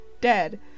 dead